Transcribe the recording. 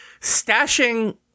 stashing